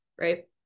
right